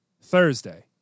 Thursday